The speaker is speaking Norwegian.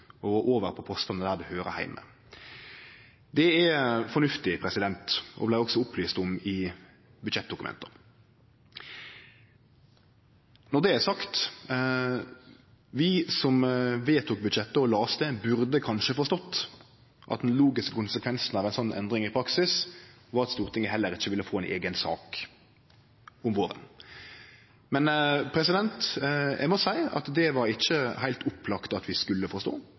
og over på postane der det høyrer heime. Det er fornuftig og blir også opplyst om i budsjettdokumenta. Når det er sagt: Vi som vedtok budsjettet og las det, burde kanskje forstått at den logiske konsekvensen av ei slik endring i praksis var at Stortinget heller ikkje ville få ei eiga sak om våren, men eg må seie at det var det ikkje heilt opplagt at vi skulle forstå.